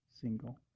single